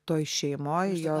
toj šeimoje jo